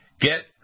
Get